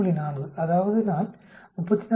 4 அதாவது நான் 34